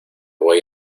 voy